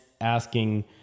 asking